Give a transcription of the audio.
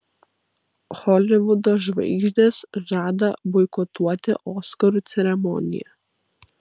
holivudo žvaigždės žada boikotuoti oskarų ceremoniją